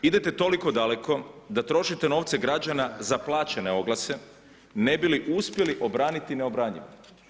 Idete toliko daleko da trošite novce građana za plaćene oglase ne bi li uspjeli obraniti neobranjivo.